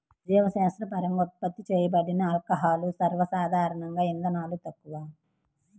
జీవశాస్త్రపరంగా ఉత్పత్తి చేయబడిన ఆల్కహాల్లు, సర్వసాధారణంగాఇథనాల్, తక్కువ